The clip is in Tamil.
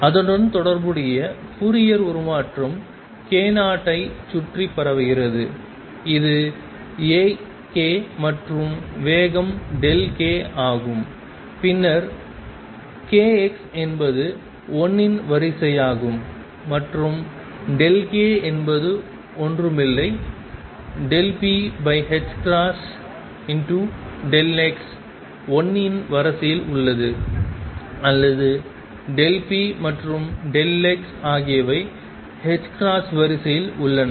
அதனுடன் தொடர்புடைய ஃபோரியர் உருமாற்றம் k 0 ஐச் சுற்றி பரவுகிறது இது A k மற்றும் வேகம் k ஆகும் பின்னர் kx என்பது 1 இன் வரிசையாகும் மற்றும்k என்பது ஒன்றும் இல்லை Δpx 1 இன் வரிசையில் உள்ளது அல்லது p மற்றும் x ஆகியவை வரிசையில் உள்ளன